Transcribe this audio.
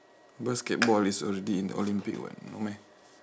basketball is already in olympic [what] no meh